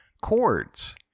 chords